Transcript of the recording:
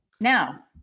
Now